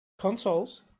Consoles